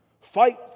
Fight